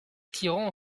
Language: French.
tyran